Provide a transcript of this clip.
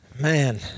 Man